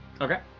Okay